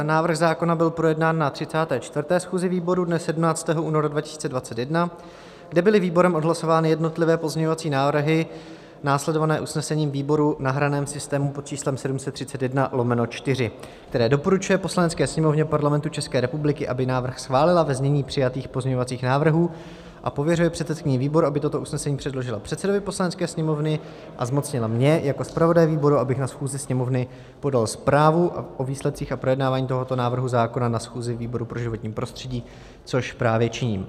Návrh zákona byl projednán na 34. schůzi výboru dne 17. února 2021, kde byly výborem odhlasovány jednotlivé pozměňovací návrhy následované usnesením výboru, nahraném v systému pod číslem 731/4, které doporučuje Poslanecké sněmovně Parlamentu České republiky, aby návrh schválila ve znění přijatých pozměňovacích návrhů, a pověřuje předsedkyni výboru, aby toto usnesení předložila předsedovi Poslanecké sněmovny a zmocnila mě jako zpravodaje výboru, abych na schůzi Sněmovny podal zprávu o výsledcích a projednávání tohoto návrhu zákona na schůzi výboru pro životní prostředí, což právě činím.